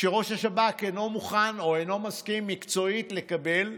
כשראש השב"כ אינו מוכן או אינו מסכים מקצועית לקבל,